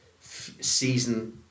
season